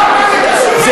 מה זה קשור?